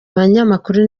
abanyamakuru